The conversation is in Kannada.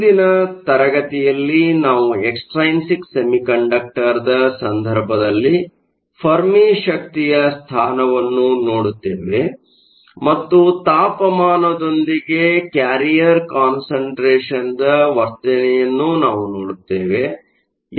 ಮುಂದಿನ ತರಗತಿಯಲ್ಲಿ ನಾವು ಎಕ್ಸ್ಟ್ರೈನ್ಸಿಕ್ ಸೆಮಿಕಂಡಕ್ಟರ್ನ ಸಂದರ್ಭದಲ್ಲಿ ಫೆರ್ಮಿ ಶಕ್ತಿಯ ಸ್ಥಾನವನ್ನು ನೋಡುತ್ತೇವೆ ಮತ್ತು ತಾಪಮಾನದೊಂದಿಗೆ ಕ್ಯಾರಿಯರ್ ಕಾನ್ಸಂಟ್ರೇಷನ್ನ ವರ್ತನೆಯನ್ನೂ ನಾವು ನೋಡುತ್ತೇವೆ